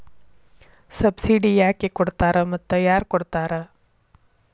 Subsidy ಯಾಕೆ ಕೊಡ್ತಾರ ಮತ್ತು ಯಾರ್ ಕೊಡ್ತಾರ್?